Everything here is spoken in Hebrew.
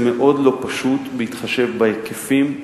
זה מאוד לא פשוט, בהתחשב בהיקפים,